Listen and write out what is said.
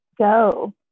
Go